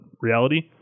reality